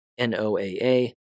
NOAA